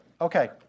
Okay